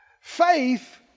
Faith